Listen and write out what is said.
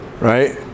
right